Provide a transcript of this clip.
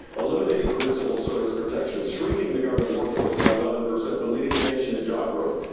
eliminating career civil service protections, shrinking the government workforce by eleven percent, but leading the nation in job growth.